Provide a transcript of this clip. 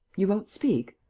you won't speak.